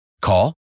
Call